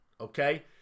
okay